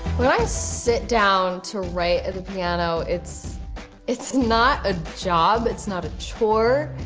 when i sit down to write at the piano it's it's not a job, it's not a chore,